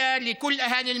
הזה?